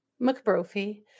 McBrophy